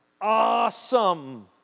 Awesome